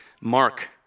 Mark